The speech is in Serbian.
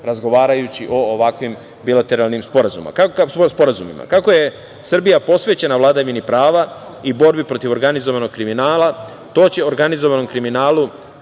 razgovarajući o ovakvim bilateralnim sporazumima. Kako je Srbija posvećena vladavini prava i borbi protiv organizovanog kriminala, to će organizovanom kriminalu